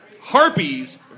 Harpies